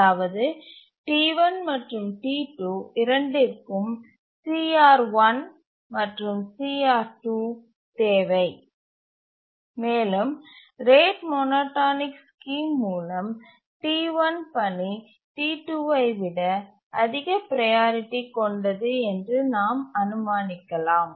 அதாவது T1 மற்றும் T2 இரண்டிற்கும் CR1 மற்றும் CR2 தேவை மேலும் ரேட் மோனோடோனிக் ஸ்கீம் மூலம் T1 பணி T2 வை விட அதிக ப்ரையாரிட்டி கொண்டது என்று நாம் அனுமானிக்கலாம்